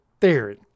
theory